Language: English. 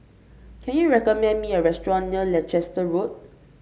can you recommend me a restaurant near Leicester Road